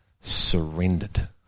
surrendered